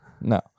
No